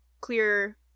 clear